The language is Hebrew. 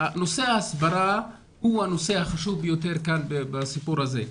נושא ההסברה הוא הנושא החשוב ביותר כאן בסיפור הזה,